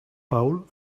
paul